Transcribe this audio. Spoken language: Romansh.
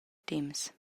temps